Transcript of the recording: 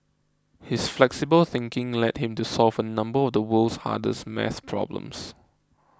his flexible thinking led him to solve a number of the world's hardest math problems